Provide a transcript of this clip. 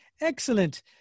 Excellent